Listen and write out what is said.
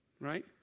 Right